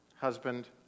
husband